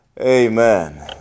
Amen